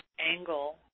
angle